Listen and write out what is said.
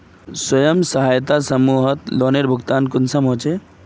स्वयं सहायता समूहत लोनेर भुगतान कुंसम होचे?